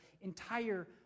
entire